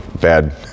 bad